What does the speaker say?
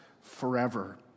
forever